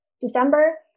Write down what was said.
December